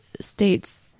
states